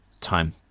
time